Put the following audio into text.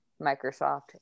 Microsoft